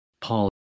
Paul